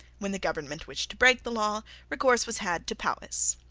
when the government wished to break the law, recourse was had to powis.